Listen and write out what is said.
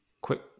quick